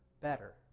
better